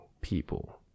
people